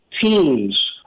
teams